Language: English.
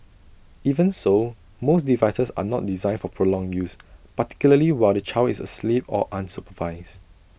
even so most devices are not designed for prolonged use particularly while the child is asleep or unsupervised